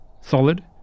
solid